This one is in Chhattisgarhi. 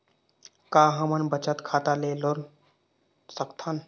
का हमन बचत खाता ले लोन सकथन?